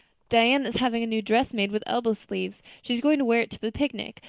diana is having a new dress made with elbow sleeves. she is going to wear it to the picnic.